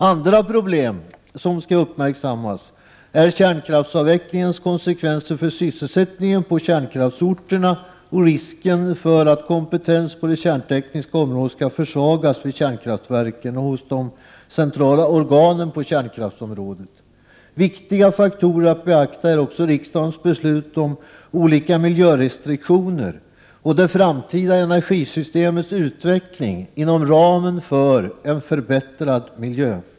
Andra problem som skall uppmärksammas är kärnkraftsavvecklingens konsekvenser för sysselsättningen på kärnkraftsorterna och risken för att kompetensen på det kärntekniska området skall försvagas vid kärnkraftverken och hos de centrala organen på kärnkraftsområdet. Viktiga faktorer att beakta är också riksdagens beslut om olika miljörestriktioner och det framtida energisystemets utveckling inom ramen för en förbättrad miljö.